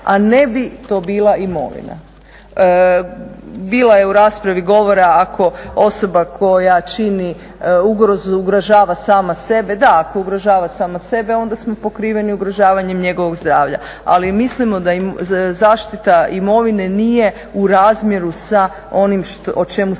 a ne bi to bila imovina. Bilo je u raspravi govora ako osoba koja čini ugrozu, ugrožava sama sebe, da, ako ugrožava sama sebe onda smo pokriveni ugrožavanjem njegovog zdravlja. Ali mislimo da zaštita imovine nije u razmjeru sa onim o čemu se